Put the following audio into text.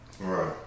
Right